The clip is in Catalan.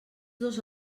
dos